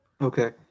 Okay